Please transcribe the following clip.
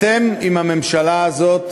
אתם, עם הממשלה הזאת